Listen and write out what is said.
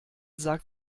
sagt